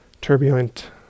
turbulent